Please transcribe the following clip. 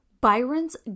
Byron's